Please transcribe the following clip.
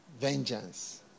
Vengeance